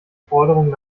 forderungen